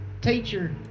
teacher